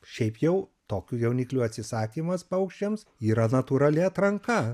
šiaip jau tokių jauniklių atsisakymas paukščiams yra natūrali atranka